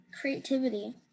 creativity